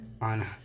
on